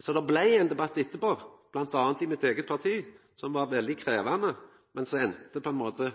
Det blei ein debatt etterpå – bl.a. i mitt eige parti – som var veldig krevjande, men som